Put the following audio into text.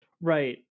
Right